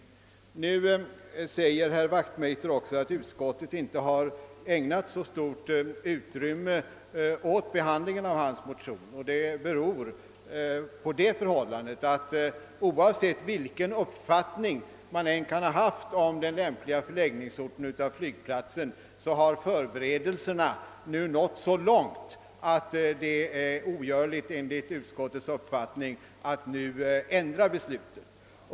Herr Wachtmeister sade också att utskottet inte ägnat så stort utrymme åt behandlingen av hans motion. Det beror emellertid på att, oavsett vilken uppfattning man än kan ha om den lämpligaste förläggningen av flygplatsen, förberedelserna nu har nått så långt att det enligt utskottets mening är ogör ligt att ändra beslutet.